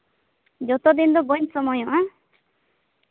ᱡᱚᱛᱚ ᱫᱤᱱ ᱫᱚ ᱵᱟᱹᱧ ᱥᱚᱢᱚᱭᱚᱜᱼᱟ